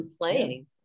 playing